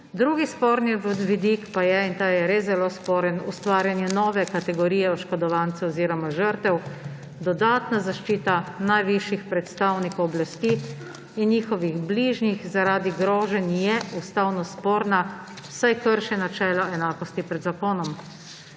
Drugi sporni vidik pa je, in ta je res zelo sporen, ustvarjanje nove kategorije oškodovancev oziroma žrtev. Dodatna zaščita najvišjih predstavnikov oblasti in njihovih bližnjih zaradi groženj je ustavno sporna, saj krši načelo enakosti pred zakonom.